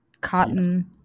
cotton